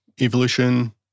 evolution